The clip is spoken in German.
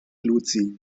luzi